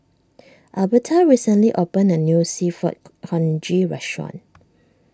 Elberta recently opened a new Seafood Congee restaurant